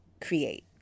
create